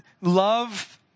love